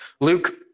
Luke